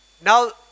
now